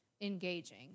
engaging